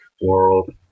world